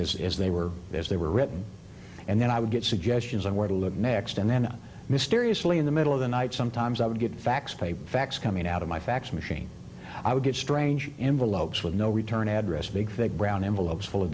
is they were as they were written and then i would get suggestions on where to look next and then mysteriously in the middle of the night sometimes i would get a fax paper fax coming out of my fax machine i would get strange envelopes with no return address big thick brown envelopes full of